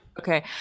Okay